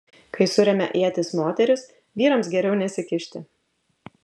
kai suremia ietis moterys vyrams geriau nesikišti